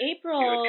April